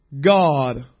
God